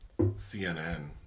CNN